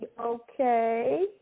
okay